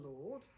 Lord